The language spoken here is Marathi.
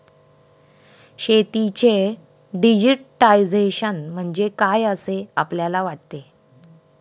शेतीचे डिजिटायझेशन म्हणजे काय असे आपल्याला वाटते?